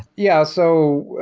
yeah. so,